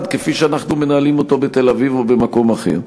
כפי שאנחנו מנהלים אותו בתל-אביב או במקום אחר.